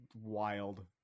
wild